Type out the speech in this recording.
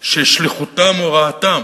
ששליחותן הוראתן,